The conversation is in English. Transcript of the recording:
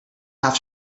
have